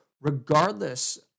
regardless